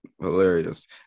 Hilarious